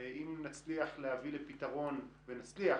ואם נצליח להביא לפתרון ונצליח,